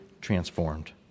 transformed